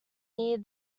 near